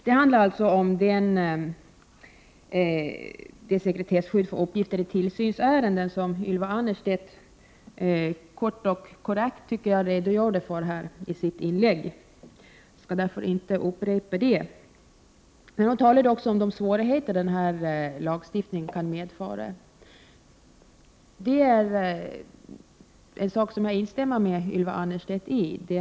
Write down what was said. Det handlar här alltså om sekretesskyddet för uppgifter i tillsynsärenden, som Ylva Annerstedt kort och korrekt redogjorde för i sitt inlägg. Jag skall därför inte upprepa det. Ylva Annerstedt talade också om de svårigheter som denna lagstiftning kan medföra. Jag kan instämma i det Ylva Annerstedt sade.